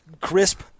crisp